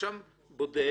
והרשם בודק.